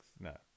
no